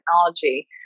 technology